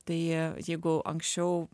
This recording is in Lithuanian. tai jeigu anksčiau